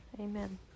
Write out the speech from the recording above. Amen